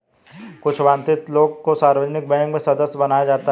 कुछ वन्चित लोगों को सार्वजनिक बैंक में सदस्य बनाया जाता है